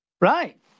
Right